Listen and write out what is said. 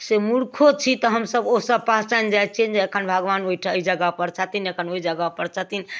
से मूर्खो छी तऽ हमसभ ओसभ पहचानि जाइ छिअनि जे एखन भगवान ओहिठाम एहि जगहपर छथिन एखन ओहि जगहपर छथिन